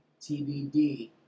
TBD